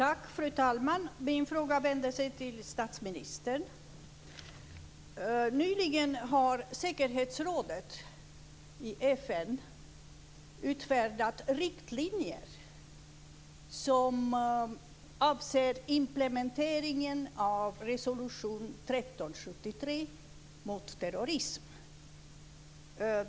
Fru talman! Min fråga riktar sig till statsministern. Nyligen har säkerhetsrådet i FN utfärdat riktlinjer som avser implementeringen av resolution 1373 mot terrorism.